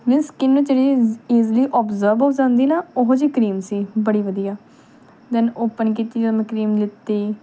means skin ਨੂੰ ਜਿਹੜੀ easily observe ਹੋ ਜਾਂਦੀ ਨਾ ਉਹੋ ਜਿਹੀ ਕਰੀਮ ਸੀ ਬੜੀ ਵਧੀਆ ਦੈਨ ਓਪਨ ਕੀਤੀ ਜਦੋਂ ਮੈਂ ਕਰੀਮ ਲਿੱਤੀ